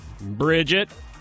Bridget